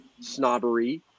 snobbery